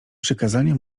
przykazanie